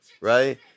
right